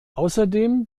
außerdem